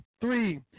three